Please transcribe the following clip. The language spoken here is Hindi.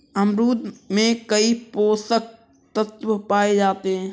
अमरूद में कई पोषक तत्व पाए जाते हैं